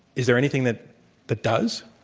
is there anything that that does?